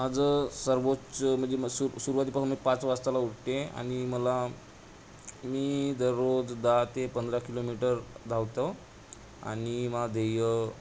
माझं सर्वोच्च म्हणजे म सुर सुरुवातीपासून मी पाच वाजताला उठते आणि मला मी दररोज दहा ते पंधरा किलोमीटर धावतो आणि माझे ध्येय